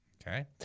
Okay